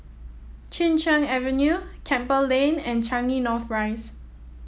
Chin Cheng Avenue Campbell Lane and Changi North Rise